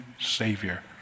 savior